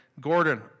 Gordon